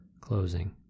closing